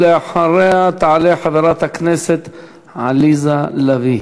ואחריה תעלה חברת הכנסת עליזה לביא.